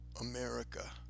America